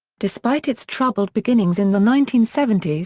despite its troubled beginnings in the nineteen seventy s,